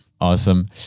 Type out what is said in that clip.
Awesome